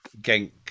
Genk